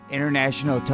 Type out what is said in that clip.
International